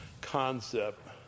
concept